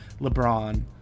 LeBron